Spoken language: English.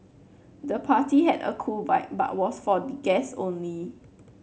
the party had a cool vibe but was for the guest only